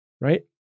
right